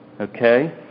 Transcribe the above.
Okay